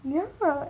you know what